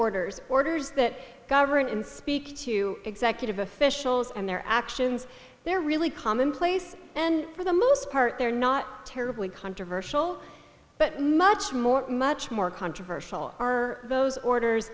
orders orders that govern and speak to executive officials and their actions they're really commonplace and for the most part they're not terribly controversial but much more much more controversial are those orders